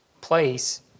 place